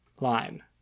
line